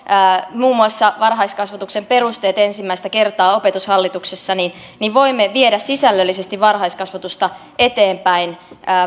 muun muassa varhaiskasvatuksen perusteet ensimmäistä kertaa opetushallituksessa niin niin voimme viedä sisällöllisesti varhaiskasvatusta eteenpäin